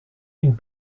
une